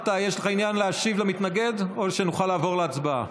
יש לך עניין להשיב למתנגד או שנוכל לעבור להצבעה?